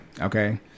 Okay